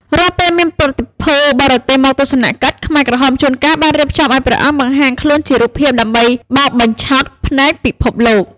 រាល់ពេលមានប្រតិភូបរទេសមកទស្សនកិច្ច ខ្មែរក្រហមជួនកាលបានរៀបចំឱ្យព្រះអង្គបង្ហាញខ្លួនជារូបភាពដើម្បីបោកបញ្ឆោតភ្នែកពិភពលោក។